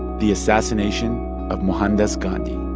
the assassination of mohandas gandhi